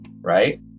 right